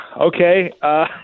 Okay